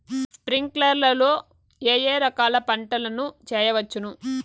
స్ప్రింక్లర్లు లో ఏ ఏ రకాల పంటల ను చేయవచ్చును?